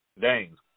Dane